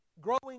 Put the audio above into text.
Growing